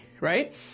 right